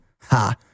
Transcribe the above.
ha